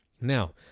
Now